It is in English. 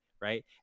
right